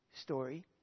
story